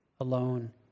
alone